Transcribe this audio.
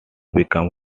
became